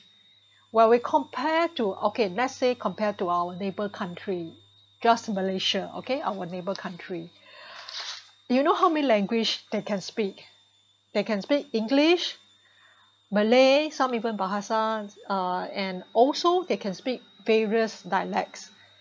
while we compare to okay let's say we compared to our neighbor country just Malaysia okay our neighbor country you know how many language that can speak they can speak English Malay some even Bahasa ah and also they can speak various dialects